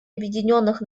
объединенных